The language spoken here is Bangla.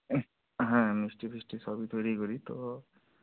হ্যাঁ মিষ্টি ফিষ্টি সবই তৈরি করি তো